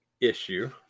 issue